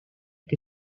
que